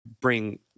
bring